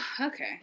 Okay